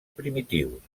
primitius